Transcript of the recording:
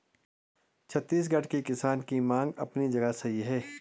छत्तीसगढ़ के किसान की मांग अपनी जगह सही है